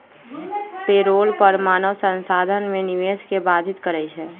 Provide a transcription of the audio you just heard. payroll कर मानव संसाधन में निवेश के बाधित करइ छै